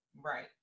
Right